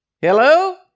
Hello